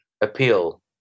appeal